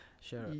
Sure